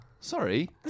Sorry